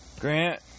Grant